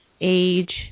age